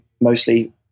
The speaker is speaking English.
mostly